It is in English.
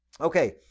Okay